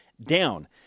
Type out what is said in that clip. down